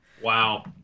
Wow